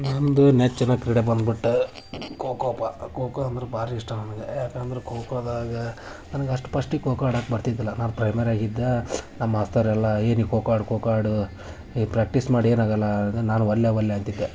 ನನ್ನದು ನೆಚ್ಚಿನ ಕ್ರೀಡೆ ಬಂದ್ಬಿಟ್ಟು ಖೋಖೋ ಪ ಖೋಖೋ ಅಂದ್ರೆ ಭಾರಿ ಇಷ್ಟ ನನಗೆ ಯಾಕೆಂದ್ರೆ ಖೋಖೋದಾಗೆ ನನಗಷ್ಟು ಪಸ್ಟಿಗೆ ಖೋಖೋ ಆಡಾಕೆ ಬರ್ತಿದ್ದಿಲ್ಲ ನಾನು ಪ್ರೈಮಾರಿಗಿದ್ದೆ ನಮ್ಮ ಮಾಸ್ತರೆಲ್ಲ ಏ ನೀ ಖೋಖೋ ಆಡು ಖೋಖೋ ಆಡು ಏ ಪ್ರ್ಯಾಕ್ಟೀಸ್ ಮಾಡು ಏನು ಆಗಲ್ಲ ನಾನು ಒಲ್ಲೆ ಒಲ್ಲೆ ಅಂತಿದ್ದೆ